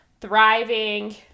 thriving